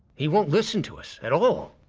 he won't listen to us at all.